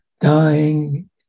dying